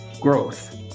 growth